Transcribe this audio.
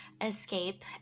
escape